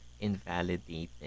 invalidating